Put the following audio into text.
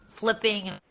Flipping